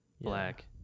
black